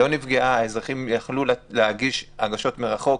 אזרחים יכלו להגיש הגשות מרחוק.